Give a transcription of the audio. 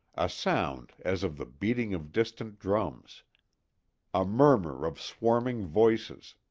a sound as of the beating of distant drums a murmur of swarming voices,